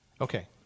Okay